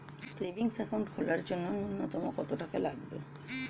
Savings account খোলার জন্য নূন্যতম কত টাকা লাগবে?